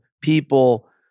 people